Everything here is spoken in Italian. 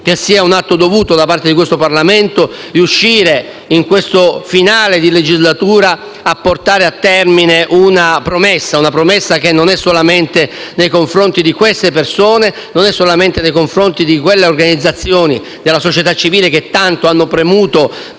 che sia un atto dovuto, da parte di questo Parlamento, riuscire, in questo finale di legislatura, a portare a termine una promessa, che non è solamente nei confronti di queste persone, e non è solamente nei confronti di quelle organizzazioni della società civile che tanto hanno premuto